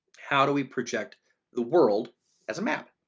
how do we project the world as a map?